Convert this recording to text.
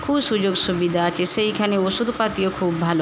খুব সুযোগ সুবিধা আছে সেইখানে ওষুধপাতিও খুব ভালো